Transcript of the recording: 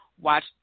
watch